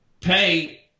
pay